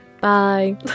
Bye